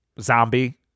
zombie